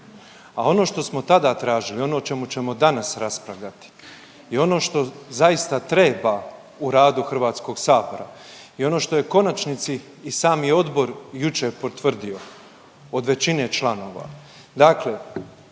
a ono što smo tada tražili, ono o čemu ćemo danas raspravljati i ono što zaista treba u radu Hrvatskog sabora i ono što je konačni cilj i sami odbor je jučer potvrdio od većine članova.